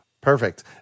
perfect